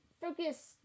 Focus